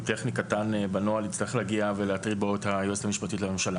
טכני קטן בנוהל יצטרך להגיע ולהטריד בו את היועצת המשפטית לממשלה.